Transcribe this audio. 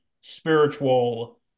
spiritual